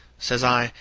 says i,